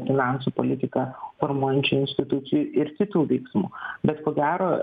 finansų politiką formuojančių institucijų ir kitų veiksmų bet ko gero